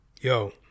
Yo